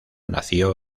nació